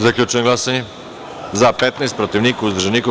Zaključujem glasanje: za - 15, protiv - niko, uzdržanih - nema.